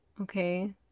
okay